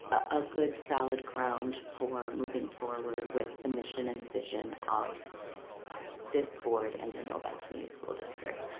a good solid ground for moving forward with the mission and vision of this board and the novi community school district.